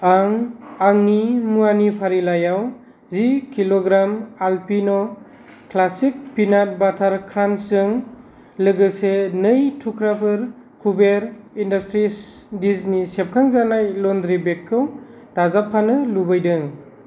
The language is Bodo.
आं आंनि मुवानि फारिलाइयाव जि kilogram Alpine' classic peanut butter क्रान्सजों लोगोसे नै थुख्राफोर कुबेर इन्डास्ट्रिज डिजनि सेबखांजानाय लन्द्रि बेगखौ दाजाबफानो लुबैदों